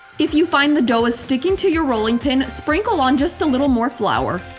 if you find the dough is sticking to your rolling pin, sprinkle on just a little more flour.